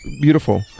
beautiful